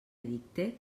edicte